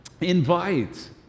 invite